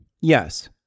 Yes